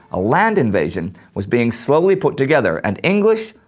a land invasion was being slowly put together and english,